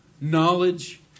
Knowledge